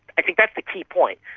i think that's the key point,